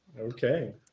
Okay